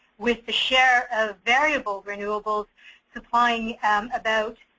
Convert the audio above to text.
with the share of variable renewable supplying about